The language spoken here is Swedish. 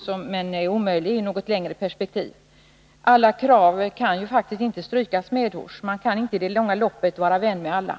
Den är omöjlig i ett något längre perspektiv. Alla krav kan faktiskt inte strykas medhårs. Man kan inte i det långa loppet vara vän med alla.